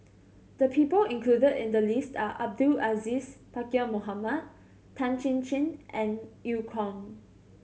the people included in the list are Abdul Aziz Pakkeer Mohamed Tan Chin Chin and Eu Kong